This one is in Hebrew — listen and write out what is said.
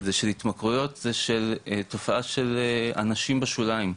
זה שהתמכרויות זה תופעה של אנשים בשוליים,